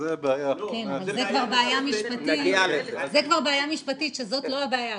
זו כבר בעיה משפטית, שזאת לא הבעיה.